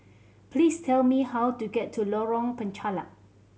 please tell me how to get to Lorong Penchalak